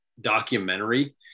documentary